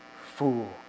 Fool